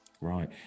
Right